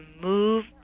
move